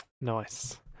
Nice